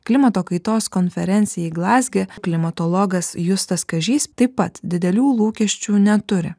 klimato kaitos konferencijai glazge klimatologas justas kažys taip pat didelių lūkesčių neturi